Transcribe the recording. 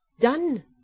done